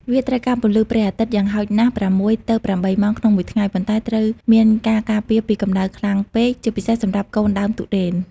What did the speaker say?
វាត្រូវការពន្លឺព្រះអាទិត្យ យ៉ាងហោចណាស់ ៦ ទៅ៨ ម៉ោងក្នុងមួយថ្ងៃ ប៉ុន្តែត្រូវមានការការពារពីកម្តៅខ្លាំងពេក ជាពិសេសសម្រាប់កូនដើមទុរេន។